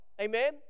Amen